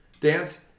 dance